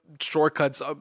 shortcuts